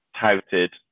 touted